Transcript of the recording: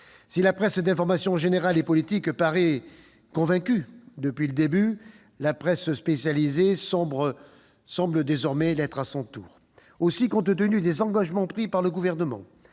Si la presse d'information générale et politique paraît convaincue depuis le début, la presse spécialisée semble l'être à son tour ... Aussi, compte tenu des engagements pris par le Gouvernement-